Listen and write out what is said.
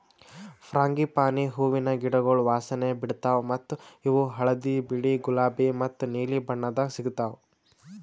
frangipani ಹೂವಿನ ಗಿಡಗೊಳ್ ವಾಸನೆ ಬಿಡ್ತಾವ್ ಮತ್ತ ಇವು ಹಳದಿ, ಬಿಳಿ, ಗುಲಾಬಿ ಮತ್ತ ನೀಲಿ ಬಣ್ಣದಾಗ್ ಸಿಗತಾವ್